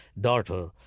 daughter